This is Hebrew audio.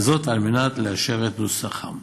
וזאת על מנת לאשר את נוסחם.